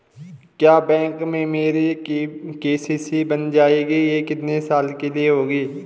क्या बैंक में मेरी के.सी.सी बन जाएगी ये कितने साल के लिए होगी?